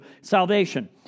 salvation